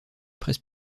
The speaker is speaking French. presse